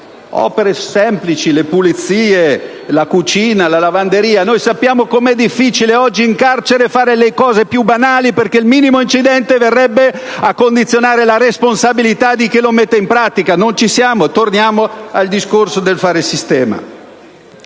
opere semplici per le pulizie, la cucina o la lavanderia. Noi sappiamo oggi come è difficile in carcere fare le cose più banali perché il minimo incidente verrebbe a condizionare la responsabilità di chi la mette in pratica. Non ci siamo. Torniamo al discorso del fare sistema.